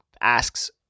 asks